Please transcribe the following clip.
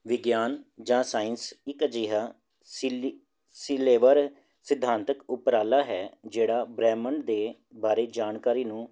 ਵਿਗਿਆਨ ਜਾਂ ਸਾਇੰਸ ਇੱਕ ਅਜਿਹਾ ਸੀਲੀ ਸੀਲੇਬਰ ਸਿਧਾਂਤਕ ਉਪਰਾਲਾ ਹੈ ਜਿਹੜਾ ਬ੍ਰਹਿਮੰਡ ਦੇ ਬਾਰੇ ਜਾਣਕਾਰੀ ਨੂੰ